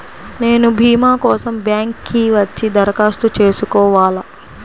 నేను భీమా కోసం బ్యాంక్కి వచ్చి దరఖాస్తు చేసుకోవాలా?